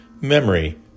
Memory